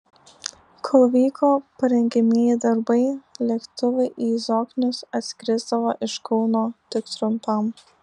kol vyko parengiamieji darbai lėktuvai į zoknius atskrisdavo iš kauno tik trumpam